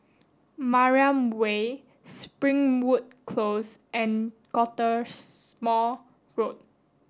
Mariam Way Springwood Close and Cottesmore Road